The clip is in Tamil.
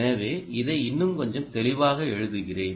எனவே இதை இன்னும் கொஞ்சம் தெளிவாக எழுதுகிறேன்